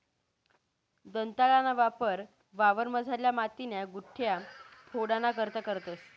दंताळाना वापर वावरमझारल्या मातीन्या गुठया फोडाना करता करतंस